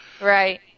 Right